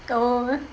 oh